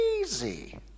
Easy